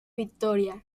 victoria